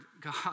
God